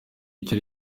icyo